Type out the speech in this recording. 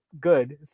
good